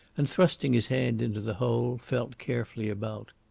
and, thrusting his hand into the hole, felt carefully about.